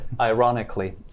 ironically